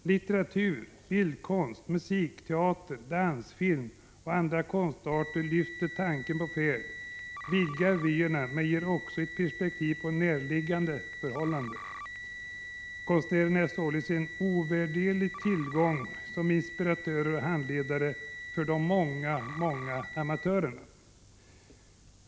Litteratur, bildkonst, musik, teater, dans, film och andra konstarter lyfter tanken på färd, vidgar vyerna men ger också perspektiv på närliggande förhållanden. Konstnärerna är således en ovärderlig tillgång som inspiratörer och handledare för de många amatörerna.